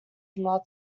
similar